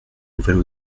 nouvelle